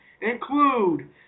include